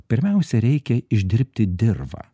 pirmiausia reikia išdirbti dirvą